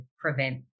prevent